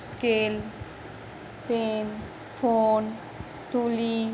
scale pen phone তুলি